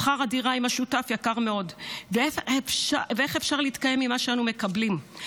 שכר הדירה עם השותף יקר מאוד ואיך אפשר להתקיים ממה שאנו מקבלים?